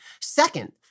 Second